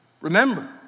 Remember